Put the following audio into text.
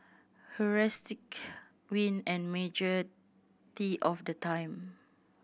heuristic win and majority of the time